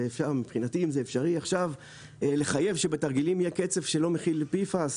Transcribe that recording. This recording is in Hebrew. ומבחינתי אם אפשרי עכשיו לחייב שבתרגילים יהיה קצף שלא מכיל PFAS